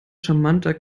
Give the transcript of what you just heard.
charmanter